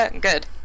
Good